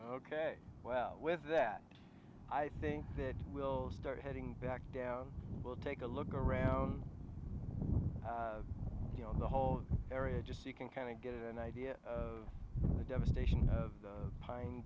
ok well with that i think that we'll start heading back down we'll take a look around you know the whole area just so you can kind of get an idea of the devastation the pine